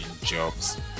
jobs